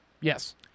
Yes